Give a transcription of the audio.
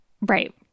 right